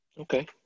Okay